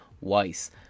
Weiss